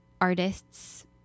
artists